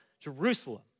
Jerusalem